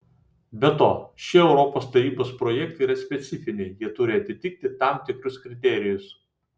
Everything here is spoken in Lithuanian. be to šie europos tarybos projektai yra specifiniai jie turi atitikti tam tikrus kriterijus